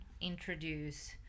introduce